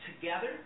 together